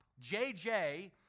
JJ